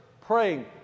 praying